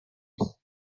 است